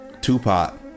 Tupac